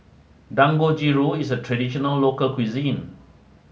Dangojiru is a traditional local cuisine